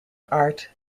art